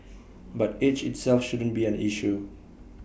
but age itself shouldn't be an issue